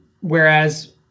whereas